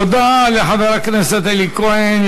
תודה לחבר הכנסת אלי כהן,